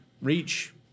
Reach